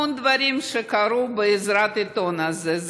המון דברים קרו בעזרת העיתון הזה.